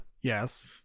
yes